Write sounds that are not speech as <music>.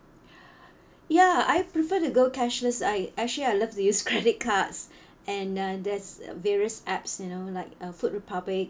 <breath> ya I prefer to go cashless I actually I love to use credit cards and uh there's various apps you know like uh food republic